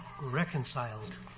reconciled